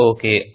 Okay